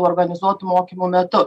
organizuot mokymo metu